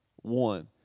One